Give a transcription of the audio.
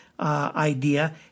Idea